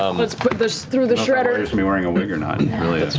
let's put this through the be wearing a wig or not. and